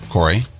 Corey